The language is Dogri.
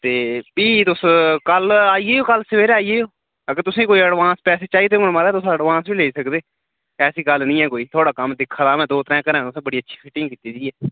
ते भी तुस कल्ल आई जाएओ कल्ल सवेरै आई जाएओ अगर तुसें ई कोई एडवांस पैसे चाहिदे होङन माराज तुस एडवांस बी लेई सकदे ऐसी गल्ल निं ऐ कोई थुआढ़ा कम्म दिक्खे दा में दो त्रै घरें तुसें बड़ी अच्छी फिटिंग कीती दी ऐ